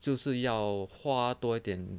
就是要花多一点